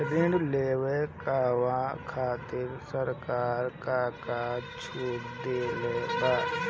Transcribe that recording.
ऋण लेवे कहवा खातिर सरकार का का छूट देले बा?